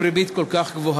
היושבת-ראש,